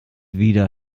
wieder